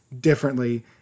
differently